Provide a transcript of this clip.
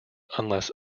unless